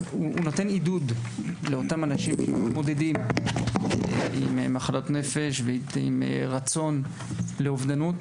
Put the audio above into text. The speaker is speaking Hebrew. נותן עידוד לאותם אנשים המתמודדים עם מחלות נפש ועם רצון לאובדנות.